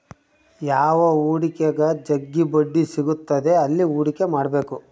ಯಾವ ಹೂಡಿಕೆಗ ಜಗ್ಗಿ ಬಡ್ಡಿ ಸಿಗುತ್ತದೆ ಅಲ್ಲಿ ಹೂಡಿಕೆ ಮಾಡ್ಬೇಕು